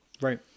Right